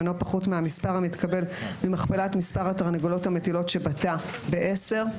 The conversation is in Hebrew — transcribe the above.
אינו פחות מהמספר המתקבל ממכפלת מספר התרנגולות המטילות שבתא בעשר.